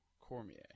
Cormier